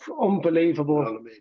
unbelievable